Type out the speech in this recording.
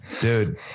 dude